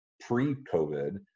pre-COVID